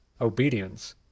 obedience